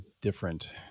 different